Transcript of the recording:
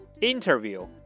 Interview